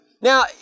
Now